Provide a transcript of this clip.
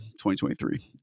2023